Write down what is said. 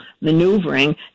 maneuvering